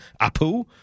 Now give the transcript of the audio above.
Apu